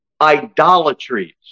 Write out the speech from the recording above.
idolatries